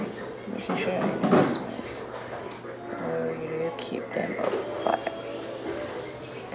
or do you keep them apart